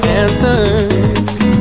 answers